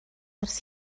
ers